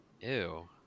Ew